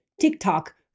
TikTok